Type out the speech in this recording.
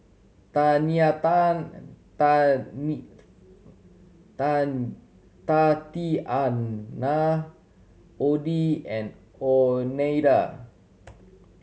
Tatianna Oddie and Oneida